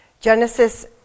Genesis